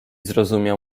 zrozumiał